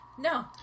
No